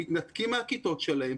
הם מתנתקים מהכיתות שלהם.